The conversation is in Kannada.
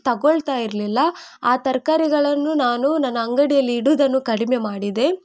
ತಗೊಳ್ತಾ ಇರಲಿಲ್ಲ ಆ ತರಕಾರಿಗಳನ್ನು ನಾನು ನನ್ನ ಅಂಗಡಿಯಲ್ಲಿ ಇಡೋದನ್ನು ಕಡಿಮೆ ಮಾಡಿದೆ